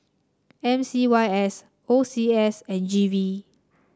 M C Y S O C S and G V